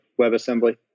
WebAssembly